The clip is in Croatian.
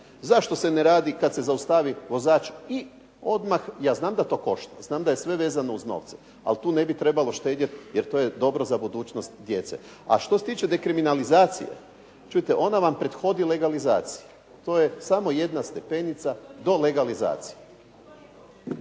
Zašto se ne radi kad se zaustavi vozač i odmah, ja znam da to košta, znam da je sve vezano uz novce, ali tu ne bi trebalo štedjeti jer to je dobro za budućnost djece. A što se tiče dekriminalizacije, čujte ona vam prethodi legalizaciji. To je samo jedna stepenica do legalizacije.